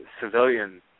civilian